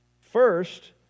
first